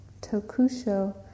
Tokusho